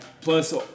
Plus